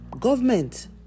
government